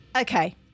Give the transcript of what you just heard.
Okay